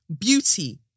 Beauty